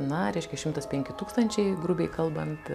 na reiškia šimtas penki tūkstančiai grubiai kalbant